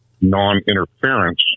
non-interference